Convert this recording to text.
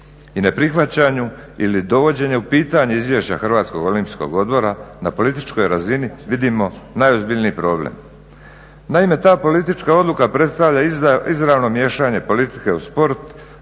i ne prihvaćanju ili dovođenje u pitanje izvješća Hrvatskog olimpijskog odbora na političkoj razini vidimo najozbiljniji problem. Naime, ta politička odluka predstavlja izravno miješanje politike u sport